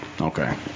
okay